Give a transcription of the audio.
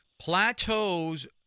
Plateaus